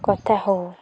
କଥା ହେଉ